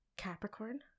Capricorn